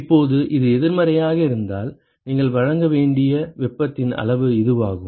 இப்போது அது எதிர்மறையாக இருந்தால் நீங்கள் வழங்க வேண்டிய வெப்பத்தின் அளவு இதுவாகும்